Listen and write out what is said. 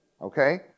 Okay